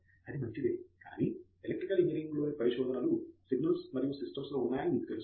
అది మంచిదే కానీ ఎలక్ట్రికల్ ఇంజనీరింగ్లోని అన్ని పరిశోధనలు సిగ్నల్స్ మరియు సిస్టమ్స్ ఉన్నాయని మీకు తెలుసు